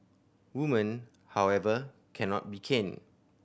women however cannot be caned